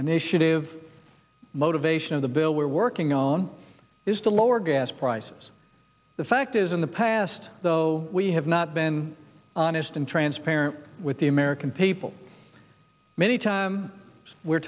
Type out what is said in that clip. initiative motivation of the bill we're working on is to lower gas prices the fact is in the past though we have not been honest and transparent with the american people many time we're